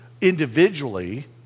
individually